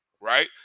right